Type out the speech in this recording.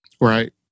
Right